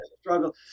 struggle